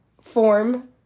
form